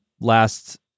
last